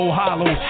hollow